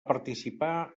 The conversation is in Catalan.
participar